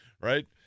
right